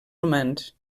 humans